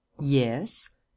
Yes